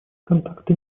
контакты